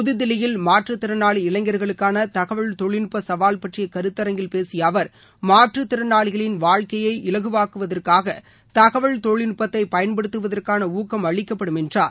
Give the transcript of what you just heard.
புதுதில்லியில் மாற்றுத்திறனாளி இளைஞர்களுக்கான தகவல் தொழில்நுட்ப சவால் பற்றிய கருத்தரங்கில் பேசிய அவர் மாற்றுத்திறனாளிகளின் வாழ்க்கையை இலகுவாக்குவதற்கு தகவல் தொழில்நுட்பத்தை பயன்படுத்துவதற்கான ஊக்கம் அளிக்கப்படும் என்றார்